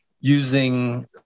using